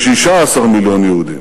כ-16 מיליון יהודים,